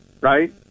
right